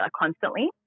constantly